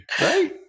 right